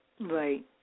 Right